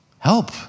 Help